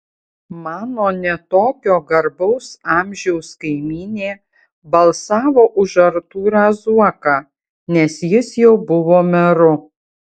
mano ne tokio garbaus amžiaus kaimynė balsavo už artūrą zuoką nes jis jau buvo meru